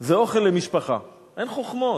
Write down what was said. זה אוכל למשפחה, אין חוכמות,